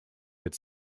but